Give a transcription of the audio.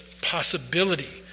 possibility